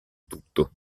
tutto